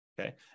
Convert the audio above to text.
Okay